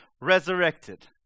resurrected